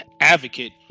advocate